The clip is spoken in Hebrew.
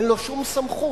אין לו שום סמכות.